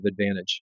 advantage